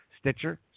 Stitcher